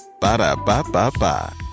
Ba-da-ba-ba-ba